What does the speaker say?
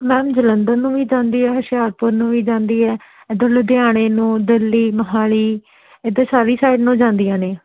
ma'am Jalandhar ਨੂੰ ਵੀ ਜਾਂਦੀ ਆ ਹੁਸ਼ਿਆਰਪੁਰ ਨੂੰ ਵੀ ਜਾਂਦੀ ਹੈ ਇੱਧਰ ਲੁਧਿਆਣੇ ਨੂੰ ਦਿੱਲੀ ਮੋਹਾਲੀ ਇੱਦਾਂ ਸਾਰੀ ਸਾਈਡ ਨੂੰ ਜਾਂਦੀਆਂ ਨੇ